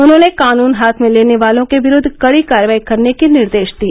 उन्होंने कानून हाथ में लेने वालों के विरूद्व कड़ी कार्रवाई करने के निर्देश दिए